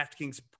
DraftKings